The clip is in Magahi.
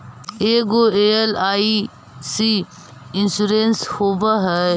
ऐगो एल.आई.सी इंश्योरेंस होव है?